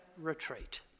retreat